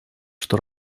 что